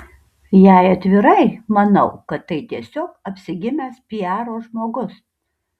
jei atvirai manau kad tai tiesiog apsigimęs piaro žmogus